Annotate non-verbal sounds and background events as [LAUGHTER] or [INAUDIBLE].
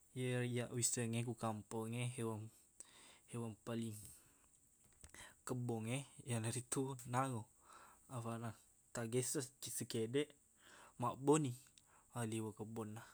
Iye iyaq wissengnge ko kampungnge hewan- hewan paling [NOISE] kebbongnge iyanaritu nango afaqna taqgessakiq sikekdeq mabbauni a liweq kebbonna